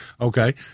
Okay